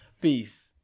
peace